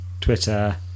twitter